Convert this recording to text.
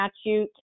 statute